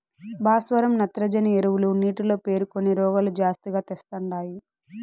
భాస్వరం నత్రజని ఎరువులు నీటిలో పేరుకొని రోగాలు జాస్తిగా తెస్తండాయి